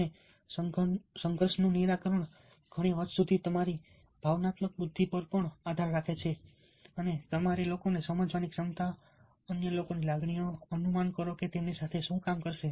અને સંઘર્ષનું નિરાકરણ ઘણી હદ સુધી તમારી ભાવનાત્મક બુદ્ધિ પર આધાર રાખે છે કે તમારી લોકોને સમજવાની ક્ષમતા અન્ય લોકોની લાગણીઓ અનુમાન કરો કે તેમની સાથે શું કામ કરશે